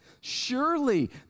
Surely